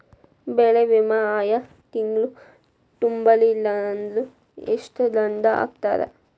ಬೆಳೆ ವಿಮಾ ಆಯಾ ತಿಂಗ್ಳು ತುಂಬಲಿಲ್ಲಾಂದ್ರ ಎಷ್ಟ ದಂಡಾ ಹಾಕ್ತಾರ?